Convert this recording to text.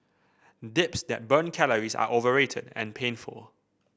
dips that burn calories are overrated and painful